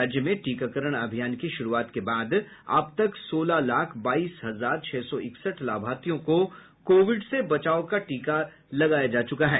राज्य में टीकाकरण अभियान की शुरूआत के बाद अब तक सोलह लाख बाईस हजार छह सौ इकसठ लाभार्थियों को कोविड से बचाव का टीका लगाया जा चुका है